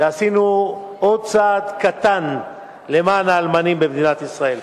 וכך עשינו עוד צעד קטן למען האלמנים במדינת ישראל.